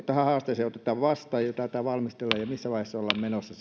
tähän haasteeseen vastataan ja tätä valmistellaan missä vaiheessa ollaan menossa